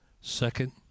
Second